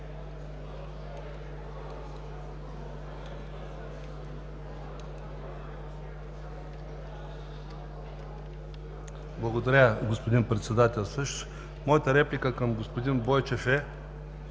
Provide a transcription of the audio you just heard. Благодаря, господин Председателстващ. Моята реплика към господин Бойчев